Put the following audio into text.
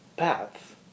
path